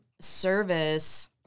service